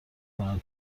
کنه